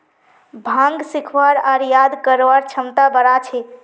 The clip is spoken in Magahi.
भांग सीखवार आर याद करवार क्षमता बढ़ा छे